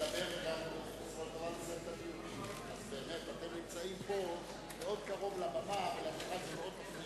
אתם נמצאים פה מאוד קרוב לבמה וזה מאוד מפריע.